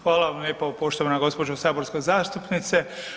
Hvala vam lijepo poštovana gđa. saborska zastupnice.